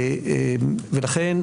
לכן,